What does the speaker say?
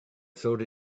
thought